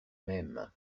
même